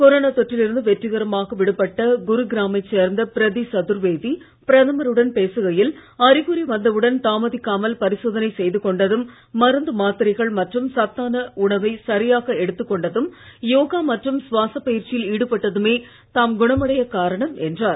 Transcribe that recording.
corona தொற்றில் இருந்து வெற்றிகரமாக விடுபட்ட குருகிராமைச் சேர்ந்த பிரிதி சதுர்வேதி பிரதமருடன் பேசுகையில் அறிகுறி வந்தவுடன் தாமதிக்காமல் பரிசோதனை செய்து கொண்டதும் மருந்து மாத்திரைகள் மற்றும் சத்தான உணவை சரியாக எடுத்துக் கொண்டதும் யோகா மற்றும் சுவாசப் பயிற்சியில் ஈடுபட்டதுமே தாம் குணமடையக் காரணம் என்றார்